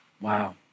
Wow